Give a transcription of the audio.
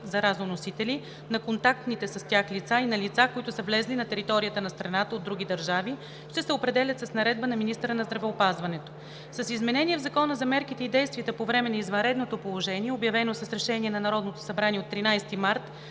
заразоносители, на контактните с тях лица и на лица, които са влезли на територията на страната от други държави, ще се определят с наредба на министъра на здравеопазването. С изменения в Закона за мерките и действията по време на извънредното положение, обявено с решение на Народното събрание от 13 март